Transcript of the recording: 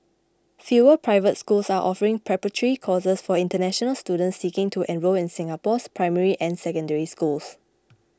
fewer private schools are offering preparatory courses for international students seeking to enrol in Singapore's primary and Secondary Schools